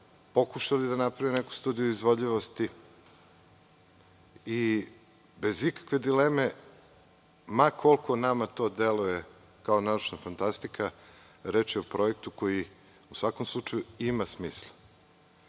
pokušali da naprave neku studiju izvodljivosti i bez ikakve dileme ma koliko nama deluje to kao naučna fantastika, reč je o projektu koji u svakom slučaju ima smisla.